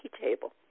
table